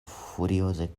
furioze